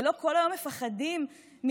ולא כל היום מפחדים מאיומים